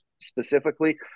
specifically